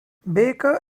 baker